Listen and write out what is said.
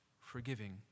forgiving